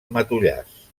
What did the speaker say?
matollars